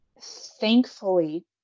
thankfully